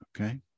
okay